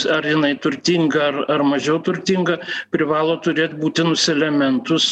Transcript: ar jinai turtinga ar ar mažiau turtinga privalo turėt būtinus elementus